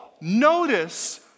notice